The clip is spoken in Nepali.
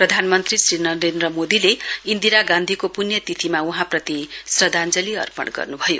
प्रधानमन्त्री श्री नरेन्द्र मोदीले इन्दिरा गान्धीको पुण्यतिथिमा वहाँप्रति श्रध्दाञ्जली अपर्ण गर्नुभयो